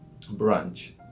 brunch